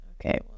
Okay